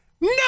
no